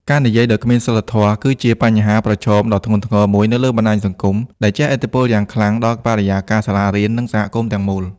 ការនិយាយដោយគ្មានសីលធម៌ គឺជាបញ្ហាប្រឈមដ៏ធ្ងន់ធ្ងរមួយនៅលើបណ្ដាញសង្គម ដែលជះឥទ្ធិពលយ៉ាងខ្លាំងដល់បរិយាកាសសាលារៀន និងសហគមន៍ទាំងមូល។